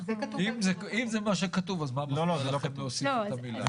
אם זה מה שכתוב, אז מה מפריע לכם להוסיף את המילה?